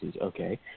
okay